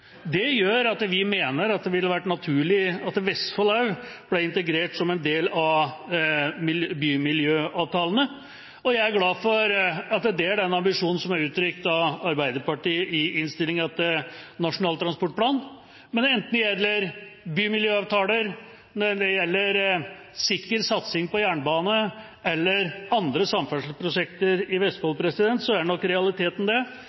Det gjør at vi mener det ville vært naturlig at også Vestfold ble integrert som en del av bymiljøavtalene, og jeg er glad for at det er den ambisjonen som er uttrykt av Arbeiderpartiet i innstillinga til Nasjonal transportplan. Men enten det gjelder bymiljøavtaler, sikker satsing på jernbane eller andre samferdselsprosjekter i Vestfold, er nok realiteten